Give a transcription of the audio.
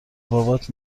بابات